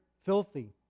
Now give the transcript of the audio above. filthy